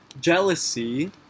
Jealousy